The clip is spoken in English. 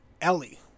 Ellie